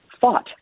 fought